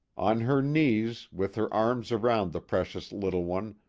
on her knees, with her arms around the precious little one,